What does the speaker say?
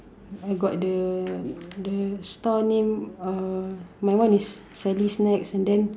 I got the the stall name uh my one is sally's snacks and then